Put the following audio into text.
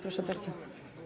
Proszę bardzo.